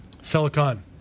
Silicon